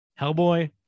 Hellboy